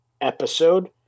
episode